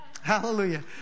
Hallelujah